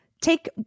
take